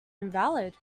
invalid